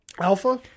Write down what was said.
Alpha